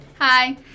Hi